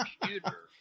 computer